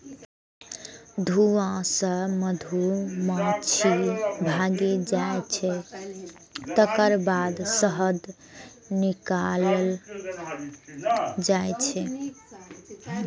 धुआं सं मधुमाछी भागि जाइ छै, तकर बाद शहद निकालल जाइ छै